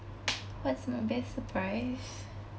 what's my best surprise